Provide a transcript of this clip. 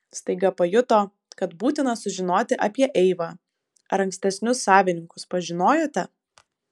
staiga pajuto kad būtina sužinoti apie eivą ar ankstesnius savininkus pažinojote